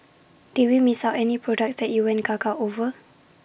did we miss out any products that you went gaga over